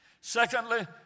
Secondly